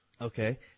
Okay